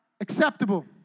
acceptable